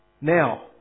now